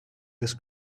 this